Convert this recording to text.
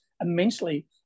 immensely